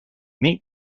make